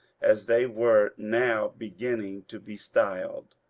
as they were now beginning to be styled.